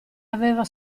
aveva